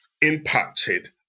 impacted